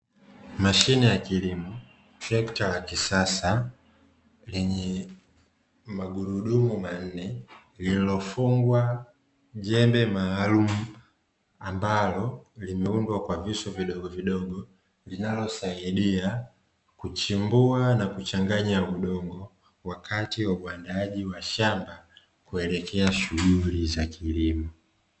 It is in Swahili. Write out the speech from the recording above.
Mashine ya kilimo trekta la kisasa lenye magurudumu manne; lililofungwa jembe maalumu ambalo limeundwa kwa visu vidogo vidogo, linalosaidia kuchimbua na kuchanganya udongo wakati wa uandaaji wa shamba kuelekea shughuli za kilimo.